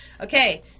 Okay